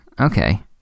Okay